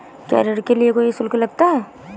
क्या ऋण के लिए कोई शुल्क लगता है?